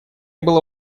было